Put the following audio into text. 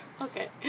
Okay